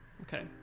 Okay